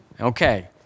Okay